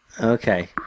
Okay